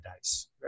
dice